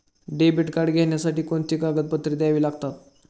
Debit card घेण्यासाठी कोणती कागदपत्रे द्यावी लागतात?